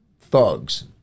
thugs